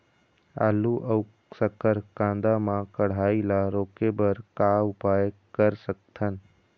आलू अऊ शक्कर कांदा मा कढ़ाई ला रोके बर का उपाय कर सकथन?